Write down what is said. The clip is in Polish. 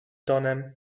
tonem